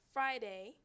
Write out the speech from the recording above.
Friday